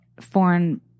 foreign